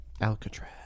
Alcatraz